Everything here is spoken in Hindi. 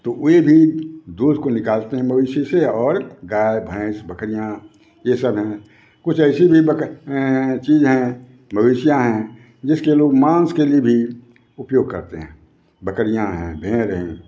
दूध को निकालते हैं मवेशी से और गाय भैंस बकरियाँ ये सब हैं कुछ ऐसे भी बक चीज हैं मवेशियाँ हैं जिसके लोग माँस के लिए भी उपयोग करते हैं बकरियाँ हैं भेंड़ हैं